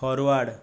forward